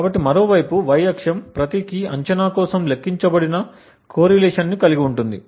కాబట్టి మరోవైపు Y అక్షం ప్రతి కీ అంచనా కోసం లెక్కించబడిన కోరిలేషన్ ను కలిగి ఉంది